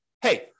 hey